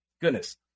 Goodness